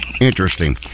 Interesting